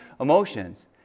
emotions